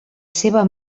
seva